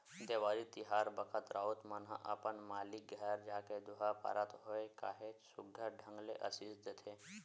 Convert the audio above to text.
देवारी तिहार बखत राउत मन ह अपन मालिक घर जाके दोहा पारत होय काहेच सुग्घर ढंग ले असीस देथे